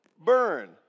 Burn